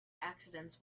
accidents